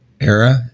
era